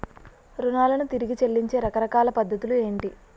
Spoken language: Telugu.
రుణాలను తిరిగి చెల్లించే రకరకాల పద్ధతులు ఏంటి?